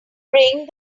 bring